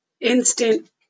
instant